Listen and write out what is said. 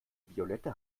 violette